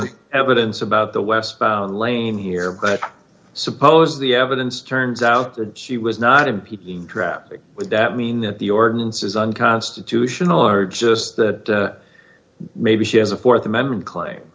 wasn't evidence about the westbound lane here suppose the evidence turns out that she was not impeding traffic would that mean that the ordinance is unconstitutional or just that maybe she has a th amendment claim